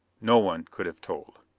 no one could have told.